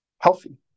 healthy